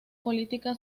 política